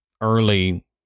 early